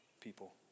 people